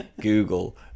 Google